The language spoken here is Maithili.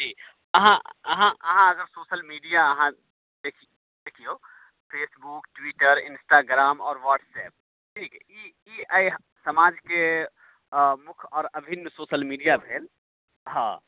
जी जी अहाँ अहाँ अहाँ अगर सोशल मीडिया अहाँकेँ देखियौ फेसबुक ट्विटर इंस्टाग्राम आओर व्हाट्सएप्प ई एहि समाजके मुख्य आओर अभिन्न सोशल मीडिया भेल हँ